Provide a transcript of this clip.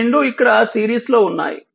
అవి రెండు ఇక్కడ సిరీస్లో ఉన్నాయి